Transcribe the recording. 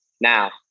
Now